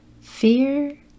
fear